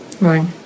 Right